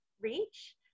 reach